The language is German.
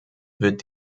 wird